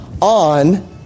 on